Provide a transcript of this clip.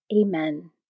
Amen